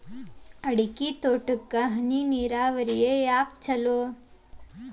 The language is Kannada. ಅಡಿಕೆ ತೋಟಕ್ಕ ಹನಿ ನೇರಾವರಿಯೇ ಯಾಕ ಛಲೋ?